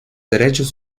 derechos